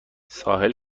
ساحل